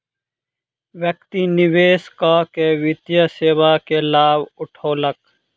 व्यक्ति निवेश कअ के वित्तीय सेवा के लाभ उठौलक